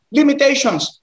limitations